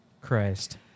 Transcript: Christ